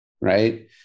Right